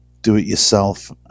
do-it-yourself